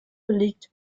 belegt